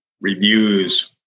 reviews